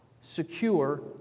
Secure